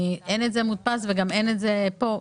אין את זה מודפס וגם אין את זה פה.